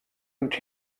und